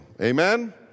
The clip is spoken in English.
Amen